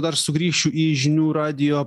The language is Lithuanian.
dar sugrįšiu į žinių radijo